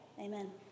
amen